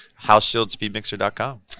HouseShieldSpeedMixer.com